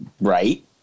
Right